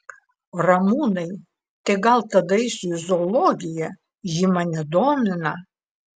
ramūnai tai gal tada eisiu į zoologiją ji mane domina